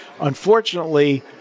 Unfortunately